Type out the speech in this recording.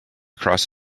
across